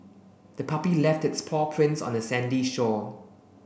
the puppy left its paw prints on the sandy shore